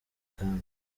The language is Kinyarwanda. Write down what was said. ibwami